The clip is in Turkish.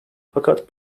fakat